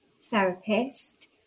therapist